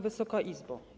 Wysoka Izbo!